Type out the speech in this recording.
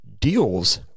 deals